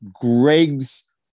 Greg's